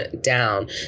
down